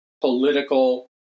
political